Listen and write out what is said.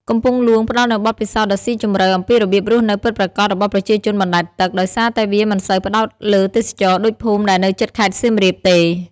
កំពង់លួងផ្តល់នូវបទពិសោធន៍ដ៏ស៊ីជម្រៅអំពីរបៀបរស់នៅពិតប្រាកដរបស់ប្រជាជនបណ្តែតទឹក ដោយសារតែវាមិនសូវផ្តោតលើទេសចរណ៍ដូចភូមិដែលនៅជិតខេត្តសៀមរាបទេ។